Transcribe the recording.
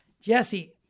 Jesse